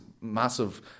massive